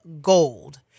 gold